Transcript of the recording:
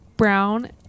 brown